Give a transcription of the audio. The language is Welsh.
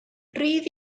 rhydd